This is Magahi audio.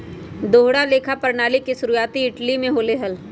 दोहरा लेखा प्रणाली के शुरुआती इटली में होले हल